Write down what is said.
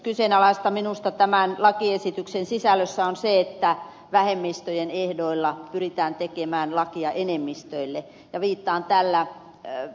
kyseenalaista minusta tämän lakiesityksen sisällössä on se että vähemmistöjen ehdoilla pyritään tekemään lakia enemmistöille ja viittaan tällä ed